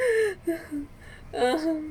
ah